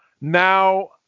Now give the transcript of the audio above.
Now